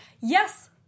Yes